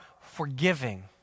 forgiving